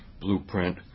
blueprint